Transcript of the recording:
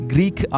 Greek